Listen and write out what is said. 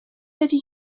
ydy